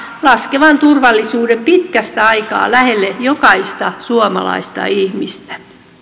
laskevan turvallisuuden pitkästä aikaa lähelle jokaista suomalaista ihmistä